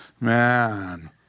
Man